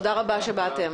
תודה רבה שבאתם.